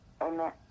Amen